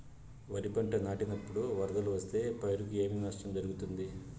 వరిపంట నాటినపుడు వరదలు వస్తే పైరుకు ఏమి నష్టం జరుగుతుంది?